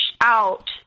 out